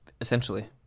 Essentially